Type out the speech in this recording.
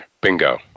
Bingo